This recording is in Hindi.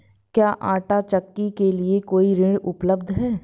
क्या आंटा चक्की के लिए कोई ऋण उपलब्ध है?